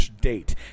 date